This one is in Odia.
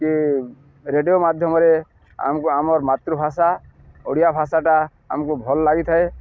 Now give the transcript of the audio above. କି ରେଡ଼ିଓ ମାଧ୍ୟମରେ ଆମକୁ ଆମର୍ ମାତୃଭାଷା ଓଡ଼ିଆ ଭାଷାଟା ଆମକୁ ଭଲ୍ ଲାଗିଥାଏ